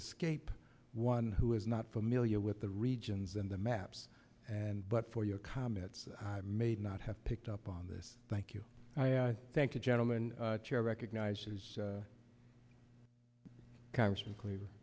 escape one who is not familiar with the regions and the maps and but for your comments i made not have picked up on this thank you thank you gentlemen chair recognizes congressman cleaver